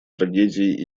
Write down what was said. трагедии